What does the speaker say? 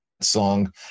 song